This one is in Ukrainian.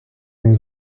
них